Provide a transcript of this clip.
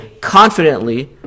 confidently